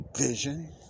vision